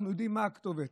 אנחנו יודעים מה הכתובת.